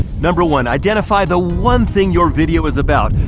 number one, identify the one thing your video is about.